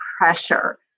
pressure